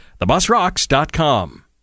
thebusrocks.com